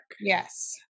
Yes